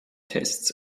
tests